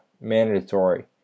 Mandatory